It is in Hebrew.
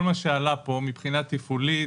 כל מה שעלה פה מבחינה תפעולית,